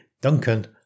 Duncan